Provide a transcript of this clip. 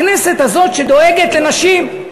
הכנסת הזאת, שדואגת לנשים,